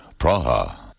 Praha